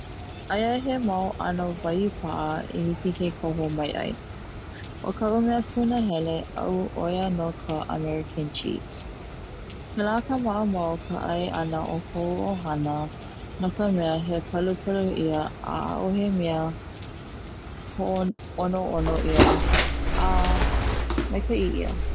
Aia he mau 'ano waiupa'a i hiki ke koho mai 'ai, o ka'u mea punahele a'u 'oia no ka American Cheese, kela ka ma'amau o ka 'ai ana o ko'u 'ohana no ka mea he palupalu 'ia a 'a'ohe mea ho'ono'ono ia a he maika'i ia.